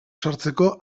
sartzeko